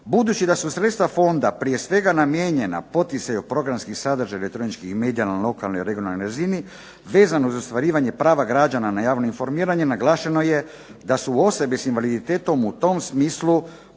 Budući da su sredstva fonda prije svega namijenjena poticaju programskih sadržaja elektroničkih medija na lokalnoj i regionalnoj razini vezano za ostvarivanje prava građana na javno informiranje naglašeno je da su osobe sa invaliditetom u tom smislu posebno